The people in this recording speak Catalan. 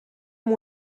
amb